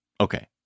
Okay